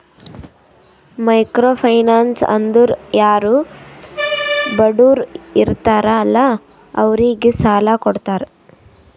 micro finance ಅಂದುರ್ ಯಾರು ಬಡುರ್ ಇರ್ತಾರ ಅಲ್ಲಾ ಅವ್ರಿಗ ಸಾಲ ಕೊಡ್ತಾರ್